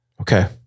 Okay